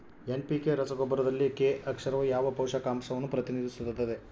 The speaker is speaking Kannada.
ಎನ್.ಪಿ.ಕೆ ರಸಗೊಬ್ಬರದಲ್ಲಿ ಕೆ ಅಕ್ಷರವು ಯಾವ ಪೋಷಕಾಂಶವನ್ನು ಪ್ರತಿನಿಧಿಸುತ್ತದೆ?